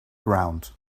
ground